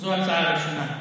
זו ההצעה הראשונה.